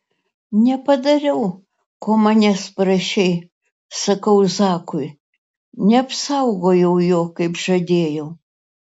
nepadariau ko manęs prašei sakau zakui neapsaugojau jo kaip žadėjau